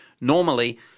Normally